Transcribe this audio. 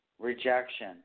Rejection